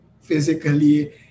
physically